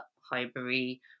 highbury